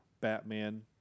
Batman